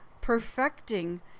perfecting